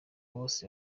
bose